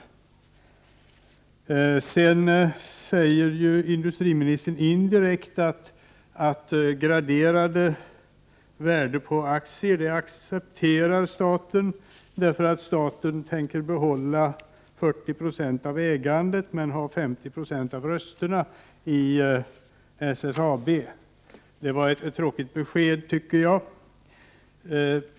Indirekt säger industriministern att staten accepterar graderade värden på aktier, därför att staten tänker behålla 40 96 av ägandet men ha 50 26 av rösterna i SSAB. Det var ett tråkigt besked, tycker jag.